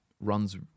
runs